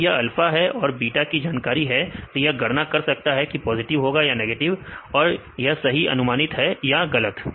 अगर यह अल्फा और बीटा की जानकारी है तो यह गणना कर सकता है कि यह पॉजिटिव होगा या नेगेटिव और यह सही अनुमानित है या गलत